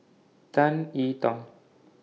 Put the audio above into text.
Tan E Tong